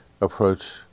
approach